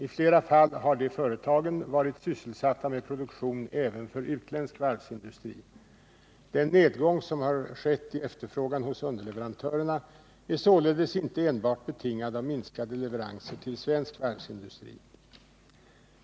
I flera fall har dessa företag varit sysselsatta med produktion även för utländsk varvsindustri. Den nedgång som skett i efterfrågan hos underleverantörerna är således inte enbart betingad av minskade leveranser till svensk varvsindustri.